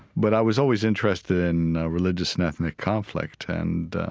but i was always interested in religious and ethnic conflict, and